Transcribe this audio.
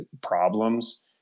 problems